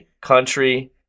country